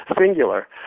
singular